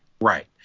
right